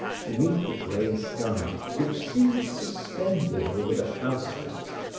beneath the gray sky which seemed suspended over the house tops,